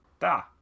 Da